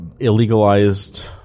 illegalized